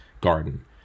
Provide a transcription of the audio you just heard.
garden